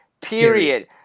Period